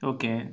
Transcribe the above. Okay